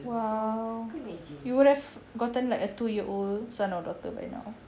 !wow! you would have gotten like a two year old son or daughter by now